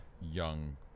young